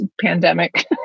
pandemic